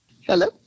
Hello